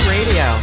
Radio